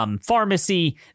Pharmacy